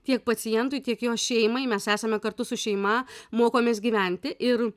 tiek pacientui tiek jo šeimai mes esame kartu su šeima mokomės gyventi ir